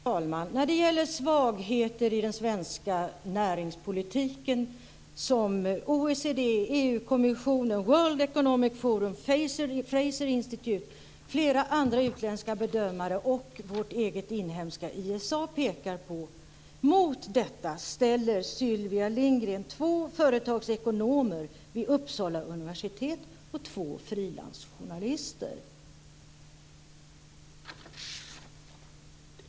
Fru talman! Det finns svagheter i den svenska näringspolitiken som OECD, EU-kommissionen, World Economic Forum, Fraser Institute, flera andra utländska bedömare och vårt eget inhemska ISA pekar på. Mot detta ställer Sylvia Lindgren två företagsekonomer vid Uppsala universitet och två frilansjournalister.